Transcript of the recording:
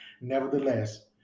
Nevertheless